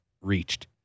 reached